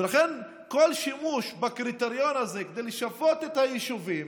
ולכן כל שימוש בקריטריון הזה כדי לשפות את היישובים